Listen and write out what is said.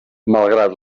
malgrat